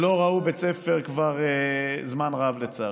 שלא ראו בית ספר כבר זמן רב, לצערי.